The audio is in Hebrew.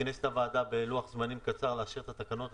שכינס את הוועדה בלוח זמנים קצר לאשר את התקנות האלה.